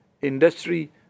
industry